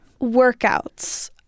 workouts